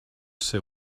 ser